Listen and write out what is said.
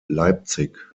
leipzig